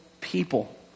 people